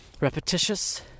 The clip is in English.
repetitious